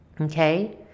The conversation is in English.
Okay